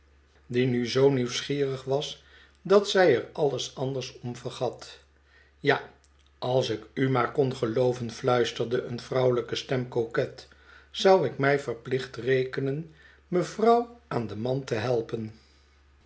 die nu zoo nieuwsgierig was dat zij er alles anders om vergat ja als ik u maar kon gelooven fluisterde een vrouwelijke stem coquet zou ik mij verplicht rekenen mevrouw aan den man te helper